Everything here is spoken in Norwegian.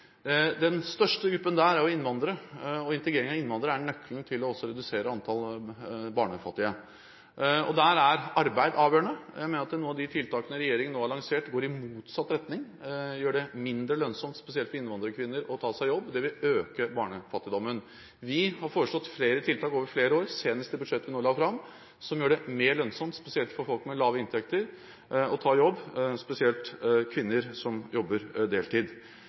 Den største gruppen der er innvandrere, og integrering av innvandrere er nøkkelen til også å redusere antall fattige barn. Der er arbeid avgjørende. Jeg mener at noen av de tiltakene regjeringen nå har lansert, går i motsatt retning og gjør det mindre lønnsomt, spesielt for innvandrerkvinner, å ta seg jobb. Det vil øke barnefattigdommen. Vi har foreslått flere tiltak over flere år, senest i budsjettet vi nå la fram, som gjør det mer lønnsomt, spesielt for folk med lave inntekter, å jobbe – spesielt for kvinner som jobber deltid.